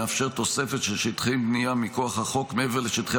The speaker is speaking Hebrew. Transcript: המאפשר תוספת של שטחי בנייה מכוח החוק מעבר לשטחי